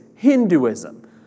Hinduism